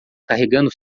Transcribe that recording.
carregando